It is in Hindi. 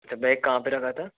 बैग कहाँ पे रखा था